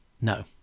no